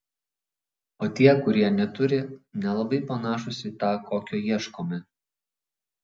o tie kurie neturi nelabai panašūs į tą kokio ieškome